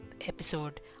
episode